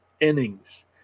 innings